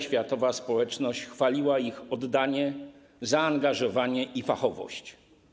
Światowa społeczność zawsze chwaliła ich oddanie, zaangażowanie i fachowość.